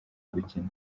gukina